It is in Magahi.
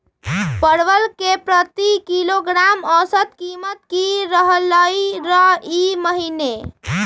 परवल के प्रति किलोग्राम औसत कीमत की रहलई र ई महीने?